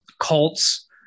cults